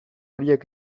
horiek